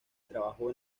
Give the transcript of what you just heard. trabajó